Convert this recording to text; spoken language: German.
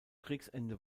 kriegsende